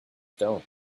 stone